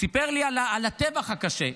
סיפר לי על הטבח הקשה,